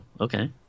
okay